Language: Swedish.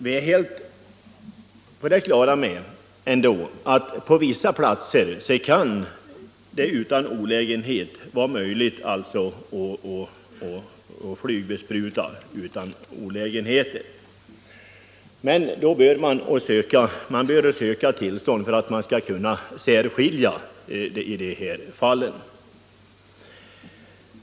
Vi är ändå helt på det klara med att på vissa platser flygbesprutning kan ske utan olägenhet, men här bör tillståndsförfarande användas för att man skall kunna skilja ut riskabla områden.